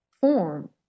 form